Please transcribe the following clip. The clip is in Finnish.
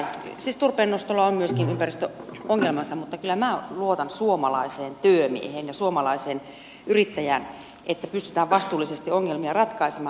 siis turpeen nostolla on myöskin ympäristöongelmansa mutta kyllä minä luotan suomalaiseen työmieheen ja suomalaiseen yrittäjään että pystytään vastuullisesti ongelmia ratkaisemaan